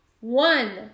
one